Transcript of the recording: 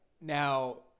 Now